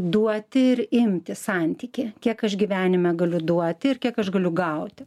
duoti ir imti santykį kiek aš gyvenime galiu duoti ir kiek aš galiu gauti